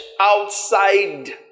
outside